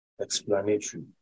explanatory